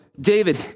David